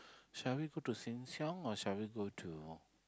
shall we go to Sheng-Shiong or shall we go to